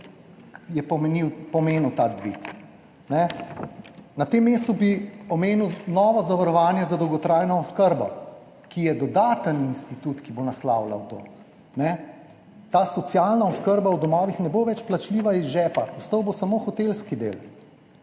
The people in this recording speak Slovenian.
je pomenil ta dvig. Na tem mestu bi omenil novo zavarovanje za dolgotrajno oskrbo, ki je dodaten institut, ki bo naslavljal to. Ta socialna oskrba v domovih ne bo več plačljiva iz žepa, ostal bo samo hotelski del.